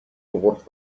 الغرفة